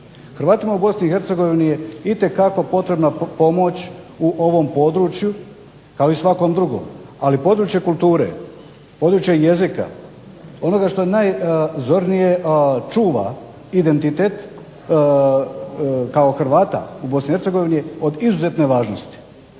Hrvatima u BiH je itekako potrebna pomoć u ovom području ali i u svakom drugom, ali područje kulture, područje jezika ono što najzornije čuva identitet kao Hrvata u BiH je od izuzetne važnosti.